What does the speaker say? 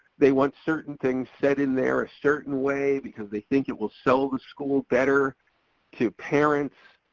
they want certain things set in there a certain way because they think it will sell the school better to parents.